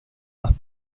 más